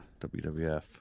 WWF